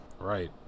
Right